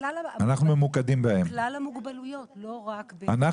בכלל המוגבלויות, לא רק קלינאיות תקשורת.